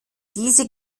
diese